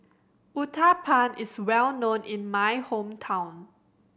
uthapam is well known in my hometown